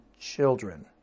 children